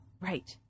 right